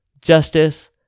justice